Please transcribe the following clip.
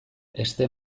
heste